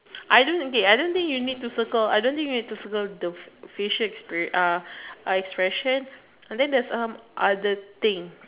I don't think I don't think you need to circle I don't think you need to circle the facial expres~ uh expression then there is other thing